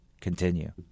continue